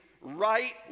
right